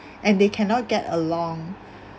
and they cannot get along